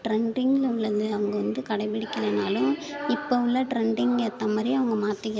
ட்ரெண்டிங்கில் உள்ளது அவங்க வந்து கடைப்பிடிக்கிலைனாலும் இப்போ உள்ள ட்ரெண்டிங்கு ஏற்ற மாதிரி அவங்க மாற்றிக்கிறாங்க